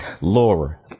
Laura